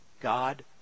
God